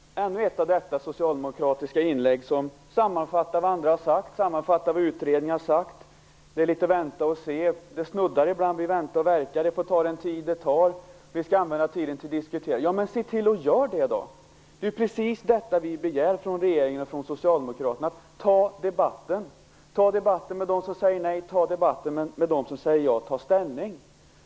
Herr talman! Detta var ännu ett av dessa socialdemokratiska inlägg som sammanfattar vad andra har sagt och vad utredningarna har sagt. Det är litet vänta och se över det hela - det snuddar ibland vid vänta och verka. Det får ta den tid det tar. Vi skall använda tiden till att diskutera. Men se till och gör det då! Det är precis vad vi begär av regeringen och av Socialdemokraterna. Ta debatten! Ta debatten med dem som säger nej, och ta debatten med dem som säger ja. Ta ställning!